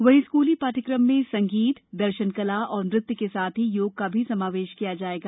वहीं स्कूली पाठ्यक्रम में संगीत दर्शन कला और नृत्य के साथ ही योग का भी समावेश किया जाएगा